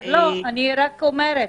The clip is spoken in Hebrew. --- אני רק אומרת.